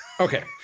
Okay